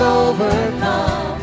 overcome